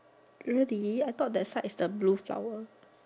really I thought that side is the blue flower